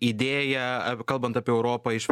idėją arba kalbant apie europą iš